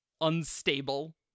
unstable